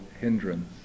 hindrance